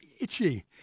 itchy